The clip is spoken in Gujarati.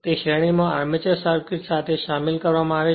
તે શ્રેણીમાં આર્મચર સર્કિટ સાથે શામેલ કરવામાં આવે છે